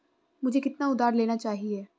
मुझे कितना उधार लेना चाहिए?